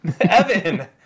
Evan